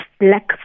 black